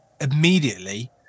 immediately